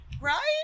Right